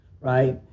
right